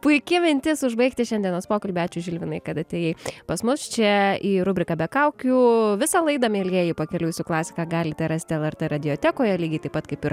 puiki mintis užbaigti šiandienos pokalbį ačiū žilvinai kad atėjai pas mus čia į rubriką be kaukių visą laidą mielieji pakeliui su klasika galite rasti lrt radiotekoje lygiai taip pat kaip ir